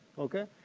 okay?